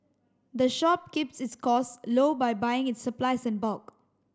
the shop keeps its costs low by buying its supplies in bulk